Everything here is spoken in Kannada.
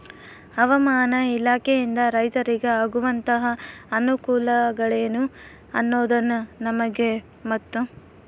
ಹವಾಮಾನ ಇಲಾಖೆಯಿಂದ ರೈತರಿಗೆ ಆಗುವಂತಹ ಅನುಕೂಲಗಳೇನು ಅನ್ನೋದನ್ನ ನಮಗೆ ಮತ್ತು?